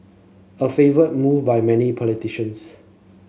a favoured move by many politicians